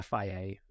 FIA